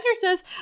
says